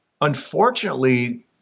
unfortunately